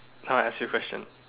now I ask you a question